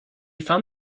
found